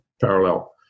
parallel